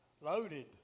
Loaded